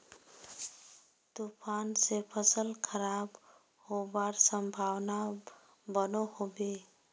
तूफान से फसल खराब होबार संभावना बनो होबे?